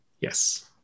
Yes